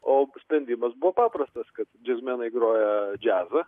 o sprendimas buvo paprastas kad džiazmenai groja džiazą